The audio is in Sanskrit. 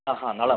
हा हा नलं हा